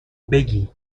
بگی